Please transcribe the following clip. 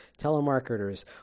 telemarketers